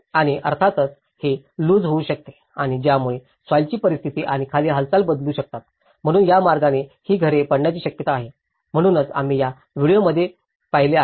आणि अर्थातच हे लूज होऊ शकते आणि यामुळे सॉईलची परिस्थिती आणि खाली हालचाल बदलू शकतात म्हणून त्या मार्गाने ही घरे पडण्याची शक्यता आहे म्हणूनच आम्ही त्या व्हिडिओं मध्ये पाहिले आहे